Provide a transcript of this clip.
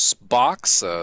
box